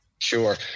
Sure